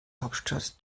hauptstadt